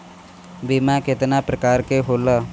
बीमा केतना प्रकार के होला?